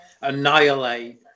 annihilate